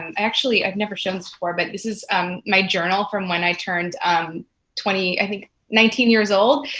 um actually, i have like never shown this before, but this is um my journal from when i turned twenty i think nineteen years old,